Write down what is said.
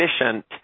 efficient